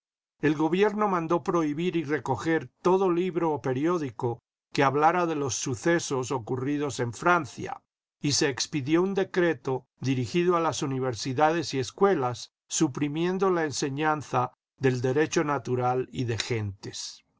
el gobierno mandó prohibir y recoger todo libro o periódico que hablara de los sucesos ocurridos en francia y se expidió un decreto dirigido a las universidades y escuelas suprimiendo la enseñanza del derecho natural y de gentes